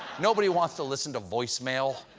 nobody wants to listen to voice mail.